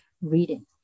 reading